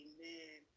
Amen